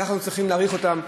ככה אנחנו צריכים להעריך אותם,